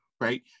right